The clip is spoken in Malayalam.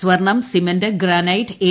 സ്വർണ്ണം സിമന്റ് ഗ്രാള്ളെറ്റ് എ